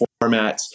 formats